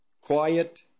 quiet